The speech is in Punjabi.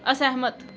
ਅਸਹਿਮਤ